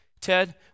Ted